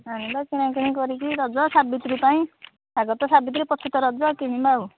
ଆଣିବା କିଣାକିଣି କରିକି ରଜ ସାବିତ୍ରୀ ପାଇଁ ଆଗ ତ ସାବିତ୍ରୀ ପଛେ ତ ରଜ କିଣିବା ଆଉ